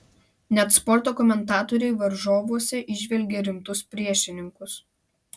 net sporto komentatoriai varžovuose įžvelgia rimtus priešininkus